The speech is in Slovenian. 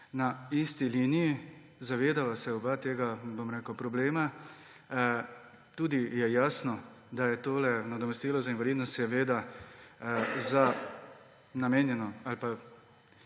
na isti liniji. Zavedava se oba tega problema, tudi je jasno, da je tole nadomestilo za invalidnost seveda namenjeno ali pa